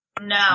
No